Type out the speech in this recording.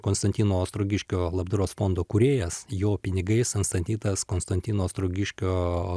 konstantino ostrogiškio labdaros fondo kūrėjas jo pinigais atstatytas konstantino ostrogiškio